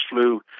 flew